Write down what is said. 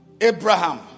Abraham